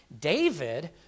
David